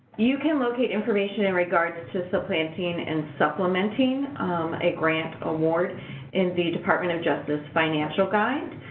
you can locate information in regards to supplanting and supplementing a grant award in the department of justice financial guide.